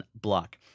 block